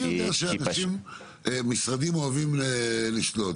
אני הרי יודע שמשרדים אוהבים לשלוט.